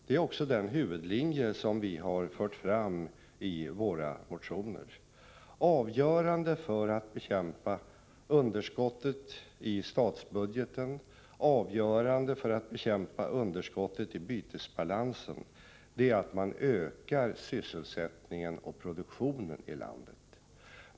Det är också den huvudlinje som vi har fört fram i våra motioner. Avgörande för att bekämpa underskottet i statsbudgeten, avgö rande för att bekämpa underskottet i bytesbalansen är att man ökar sysselsättningen och produktionen i landet.